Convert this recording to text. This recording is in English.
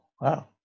wow